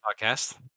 podcast